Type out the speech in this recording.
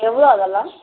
எவ்வளோ அதெல்லாம்